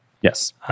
Yes